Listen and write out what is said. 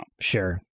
Sure